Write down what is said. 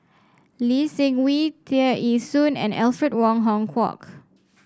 Lee Seng Wee Tear Ee Soon and Alfred Wong Hong Kwok